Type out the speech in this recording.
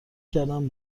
کردم